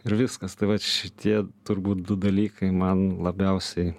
ir viskas tai vat šitie turbūt du dalykai man labiausiai